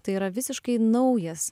tai yra visiškai naujas